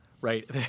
right